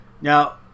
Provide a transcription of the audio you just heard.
Now